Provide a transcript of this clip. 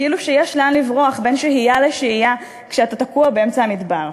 כאילו שיש לאן לברוח בין שהייה לשהייה כשאתה תקוע באמצע המדבר.